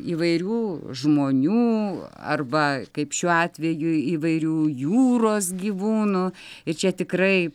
įvairių žmonių arba kaip šiuo atveju įvairių jūros gyvūnų ir čia tikrai